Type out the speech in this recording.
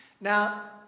Now